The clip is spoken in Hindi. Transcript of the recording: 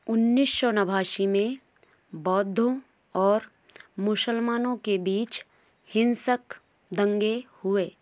उन्नीस सौ नवासी में बौद्धों और मुसलमानों के बीच हिंसक दंगे हुए